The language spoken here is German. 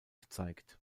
gezeigt